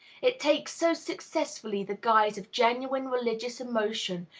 it takes so successfully the guise of genuine religious emotion,